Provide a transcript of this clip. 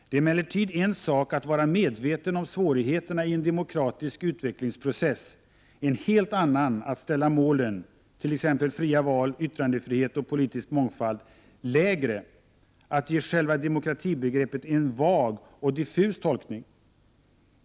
Det är emellertid en sak att vara medveten om svårigheternaien demokratisk utvecklingsprocess och en helt annan att ställa målen — fria val, yttrandefrihet och politisk mångfald t.ex. — lägre, och ge själva demokratibegreppet en vag och diffus tolkning.